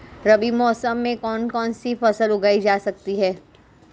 रबी मौसम में कौन कौनसी फसल उगाई जा सकती है?